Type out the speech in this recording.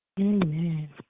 Amen